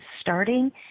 starting